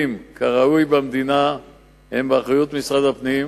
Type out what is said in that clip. כראוי במדינה הם באחריות משרד הפנים.